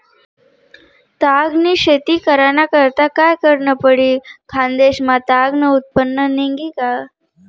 ताग नी शेती कराना करता काय करनं पडी? खान्देश मा ताग नं उत्पन्न निंघी का